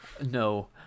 No